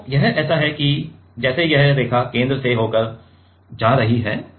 तो यह ऐसा है जैसे यह रेखा केंद्र से होकर जा रही है